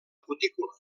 cutícula